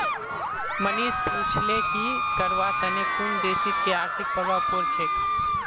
मनीष पूछले कि करवा सने कुन देशत कि आर्थिक प्रभाव पोर छेक